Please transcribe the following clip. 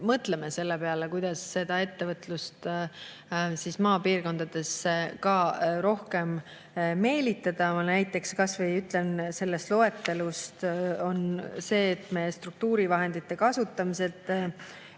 mõtleme selle peale, kuidas ettevõtlust maapiirkondadesse rohkem meelitada. Näiteks, kas või ütlen, selles loetelus on see, et me struktuurivahendite kasutamisel